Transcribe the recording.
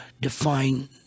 define